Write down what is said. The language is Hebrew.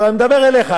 אני מדבר עליך,